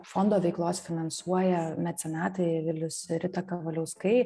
fondo veiklos finansuoja mecenatai vilius ir rita kavaliauskai